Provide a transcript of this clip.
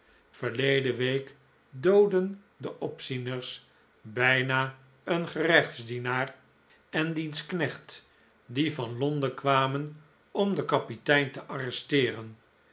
verleden week doodden de opzieners bijna een gerechtsdienaar en diens knecht die van londen kwamen om den kapitein te arresteeren